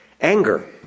Anger